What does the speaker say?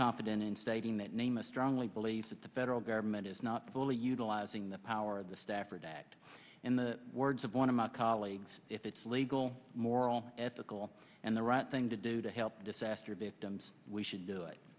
confident in stating that name a strongly believes that the federal government is not fully utilizing the power of the stafford act in the words of one of my colleagues if it's legal moral ethical and the right thing to do to help disaster victims we should do it